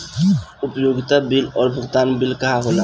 उपयोगिता बिल और भुगतान बिल का होला?